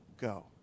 go